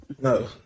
no